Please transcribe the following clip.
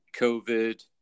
covid